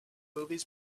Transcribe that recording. movies